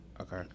okay